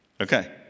Okay